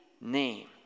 name